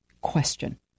question